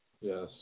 Yes